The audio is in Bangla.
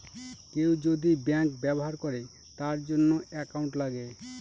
কেউ যদি ব্যাঙ্ক ব্যবহার করে তার জন্য একাউন্ট লাগে